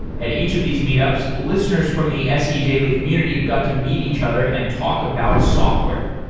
at each of these meetups, listeners from the se daily community got to meet each other and talk about software,